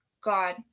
God